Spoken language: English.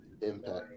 Impact